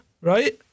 right